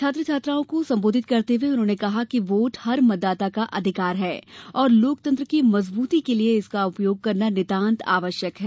छात्र छात्राओं को संबोधित करते हुए उन्होंने कहा कि वोट हर मतदाता का अधिकार है और लोकतंत्र की मजबूती के लिए इसका उपयोग करना नितांत आवश्यक है